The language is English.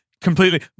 Completely